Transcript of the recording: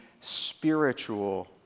spiritual